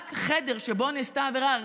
רק חדר שבו נעשתה העבירה,